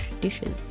dishes